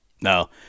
No